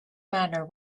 matter